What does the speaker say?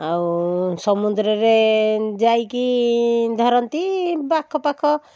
ଆଉ ସମୁଦ୍ରରେ ଯାଇକି ଧରନ୍ତି ବା ଆଖ ପାଖ